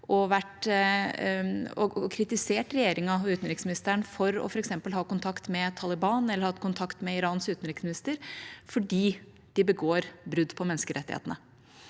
og kritisert regjeringa og utenriksministeren for f.eks. å ha kontakt med Taliban eller å ha hatt kontakt med Irans utenriksminister fordi de begår brudd på menneskerettighetene.